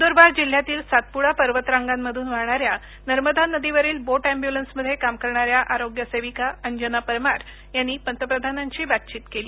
नंदुरबार जिल्ह्यातील सातप्डा पर्वत रांगामधून वाहणन्या नर्मदा नदीवरील बोट अँन्ब्युलन्समध्ये काम करणाऱ्या आरोग्यसेविका अंजना परमार यांनी पंतप्रधानांशी बातचीत केली